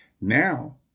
Now